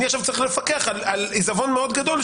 אני צריך לפקח עכשיו על עיזבון מאוד גדול,